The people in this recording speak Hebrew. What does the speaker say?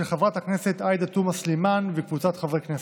של חברת הכנסת עאידה תומא סלימאן וקבוצת חברי הכנסת.